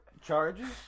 charges